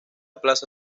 plaza